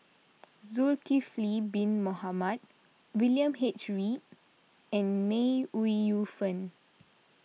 Zulkifli Bin Mohamed William H Read and May Ooi Yu Fen